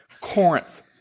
Corinth